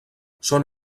són